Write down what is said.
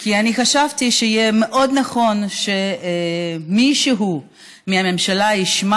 כי חשבתי שיהיה מאוד נכון שמישהו מהממשלה ישמע